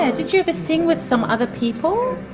ah did you ever sing with some other people?